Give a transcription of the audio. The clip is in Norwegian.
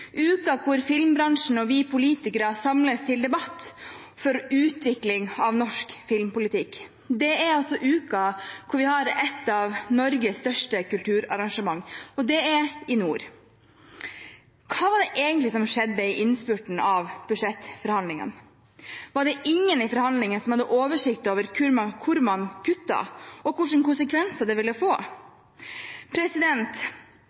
hvor filmbransjen og vi politikere samles til debatt om utvikling av norsk filmpolitikk. Det er en uke hvor vi har et av Norges største kulturarrangementer, og det er i nord. Hva var det egentlig som skjedde i innspurten av budsjettforhandlingene? Var det ingen i forhandlingene som hadde oversikt over hvor man kuttet, og hvilke konsekvenser det ville få?